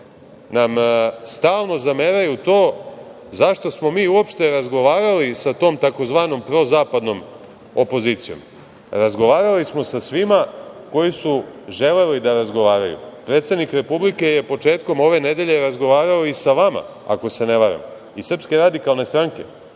nam stalno zameraju to zašto smo mi uopšte razgovarali sa tom tzv. „prozapadnom“ opozicijom. Razgovarali smo sa svima koji su želeli da razgovaraju. Predsednik Republike je početkom ove nedelje razgovarao i sa vama, ako se ne varam, iz SRS, vezano za